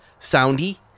Soundy